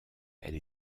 elle